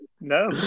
No